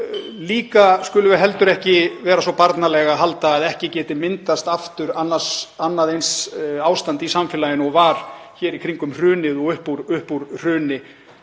Við skulum heldur ekki vera svo barnaleg að halda að ekki geti myndast aftur annað eins ástand í samfélaginu og var hér í kringum hrunið og upp úr hruni.